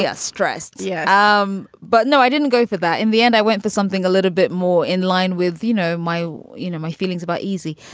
yeah stressed. yeah, um but no, i didn't go for that in the end. i went for something a little bit more in line with, you know, my you know, my feelings about easy.